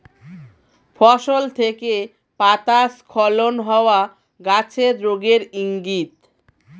ফসল থেকে পাতা স্খলন হওয়া গাছের রোগের ইংগিত